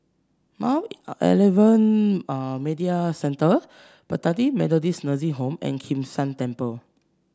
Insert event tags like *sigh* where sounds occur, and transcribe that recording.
Mount *hesitation* Alvernia *hesitation* Medical Centre Bethany Methodist Nursing Home and Kim San Temple